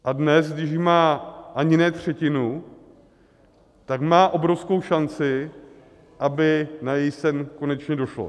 A dnes, když má ani ne třetinu, tak má obrovskou šanci, aby na její sen konečně došlo.